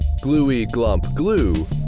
gluey-glump-glue